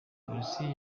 polisi